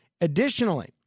Additionally